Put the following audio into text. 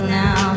now